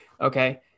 okay